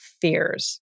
fears